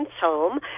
home